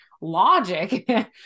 logic